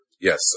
yes